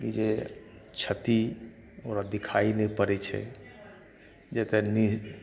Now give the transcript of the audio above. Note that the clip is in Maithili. ई जे क्षति ओकर दिखाइ नहि पड़ै छै जेतए नीढ़ छै